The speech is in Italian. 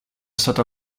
stato